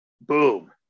Boom